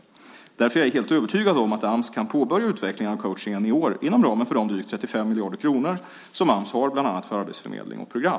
Därför är jag är helt övertygad om att Ams kan påbörja utvecklingen av coachningen i år, inom ramen för de drygt 35 miljarder kronor som Ams har för bland annat arbetsförmedling och program.